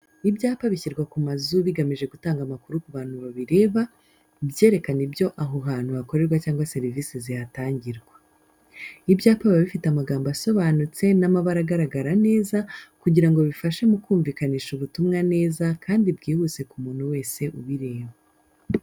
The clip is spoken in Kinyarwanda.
Ibyapa bishyirwa ku mazu bigamije gutanga amakuru ku bantu babireba, byerekana ibyo aho hantu hakorerwa cyangwa serivisi zihatangirwa. Ibyapa biba bifite amagambo asobanutse n'amabara agaragara neza, kugira ngo bifashe mu kumvikanisha ubutumwa neza kandi bwihuse ku muntu wese ubireba.